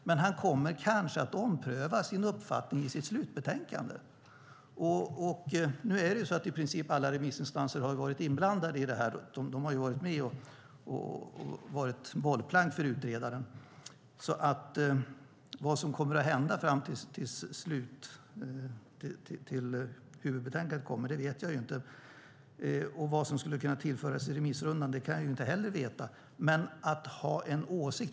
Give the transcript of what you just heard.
Men han kommer kanske att ompröva sin uppfattning i sitt slutbetänkande. I princip har alla remissinstanser varit inblandade i detta; de har varit bollplank för utredaren. Vad som kommer att hända tills huvudbetänkandet kommer vet jag inte, och vad som skulle kunna tillföras i remissrundan kan jag inte heller veta.